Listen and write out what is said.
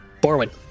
Borwin